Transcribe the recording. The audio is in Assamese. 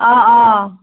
অ অ